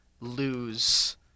lose